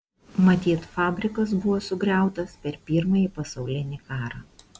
matyt fabrikas buvo sugriautas per pirmąjį pasaulinį karą